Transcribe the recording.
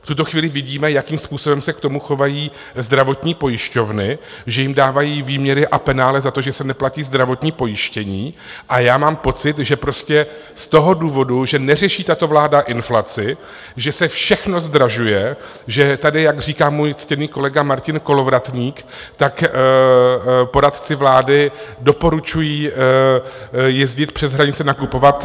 V tuto chvíli vidíme, jakým způsobem se k tomu chovají zdravotní pojišťovny, že jim dávají výměry a penále za to, že se neplatí zdravotní pojištění, a já mám pocit, že z toho důvodu, že neřeší tato vláda inflaci, že se všechno zdražuje, že tady, jak říká můj ctěný kolega Martin Kolovratník, poradci vlády doporučují jezdit přes hranice nakupovat...